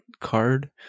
card